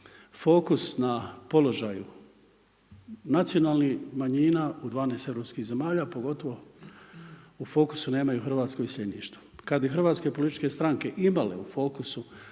fokus na položaju nacionalnih manjina u 12 europskih zemalja, pogotovo u fokusu nemaju hrvatsko iseljeništvo. Kad bi hrvatske političke stranke imale u fokusu